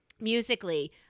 musically